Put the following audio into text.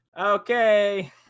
Okay